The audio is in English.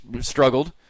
struggled